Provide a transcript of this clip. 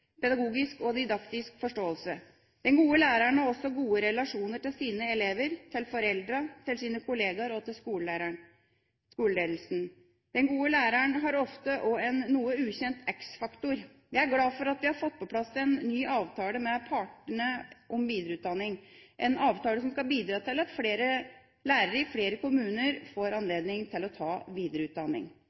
pedagogisk og didaktisk forståelse. Den gode læreren har også gode relasjoner til sine elever, til foreldrene, til sine kollegaer og til skoleledelsen. Den gode læreren har ofte også en noe ukjent x-faktor. Jer er glad for at vi har fått på plass en ny avtale med partene om videreutdanning, en avtale som skal bidra til at flere lærere i flere kommuner får anledning til å ta videreutdanning.